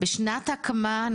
בשנת הקמה,